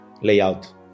layout